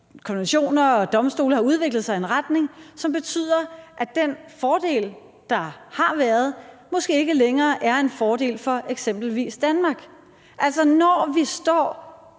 konventionerne og domstolene har udviklet sig i en retning, som betyder, at den fordel, der har været, måske ikke længere er en fordel for eksempelvis Danmark. Altså, vi står